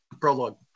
prologue